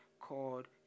called